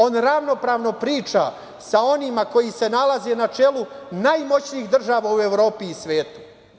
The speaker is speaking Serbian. On ravnopravno priča sa onima koji se nalaze na čelu najmoćnijih država u Evropi i svetu.